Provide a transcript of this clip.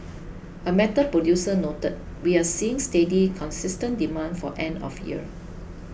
a metal producer noted we are seeing steady consistent demand for end of year